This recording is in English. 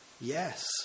Yes